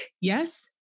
Yes